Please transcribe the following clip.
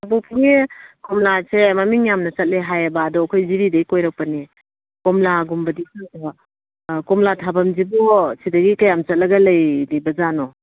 ꯑꯗꯨ ꯁꯤ ꯀꯣꯝꯂꯥꯁꯦ ꯃꯃꯤꯡ ꯌꯥꯝꯅ ꯆꯠꯂꯦ ꯍꯥꯏꯌꯦꯕ ꯑꯗꯣ ꯑꯩꯈꯣꯏ ꯖꯤꯔꯤꯗꯒꯤ ꯀꯣꯏꯔꯛꯄꯅꯦ ꯀꯣꯝꯂꯥꯒꯨꯝꯕꯗꯤ ꯈꯔ ꯀꯣꯝꯂꯥ ꯊꯥꯐꯝꯁꯤꯕꯨ ꯁꯤꯗꯒꯤ ꯀꯌꯥꯝ ꯆꯠꯂꯒ ꯂꯩꯔꯤꯕꯖꯥꯠꯅꯣ